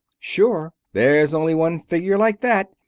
sure? there's only one figure like that.